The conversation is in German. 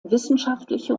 wissenschaftliche